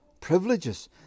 privileges